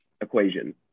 equation